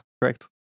correct